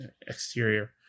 exterior